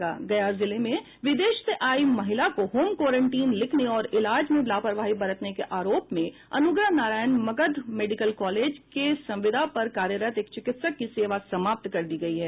गया जिले में विदेश से आयी महिला को होम क्वारेंटीन लिखने और इलाज में लापरवाही बरतने के आरोप में अनुग्रह नारायण मगध मेडिकल कॉलेज के संविदा पर कार्यरत एक चिकित्सक की सेवा समाप्त कर दी गयी है